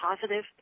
positive